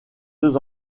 deux